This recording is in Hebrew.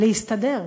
להסתדר?